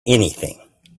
anything